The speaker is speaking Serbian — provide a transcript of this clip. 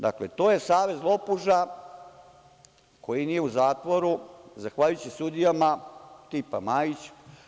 Dakle, to je savez lopuža koji nije u zatvoru zahvaljujući sudijama tipa Majić.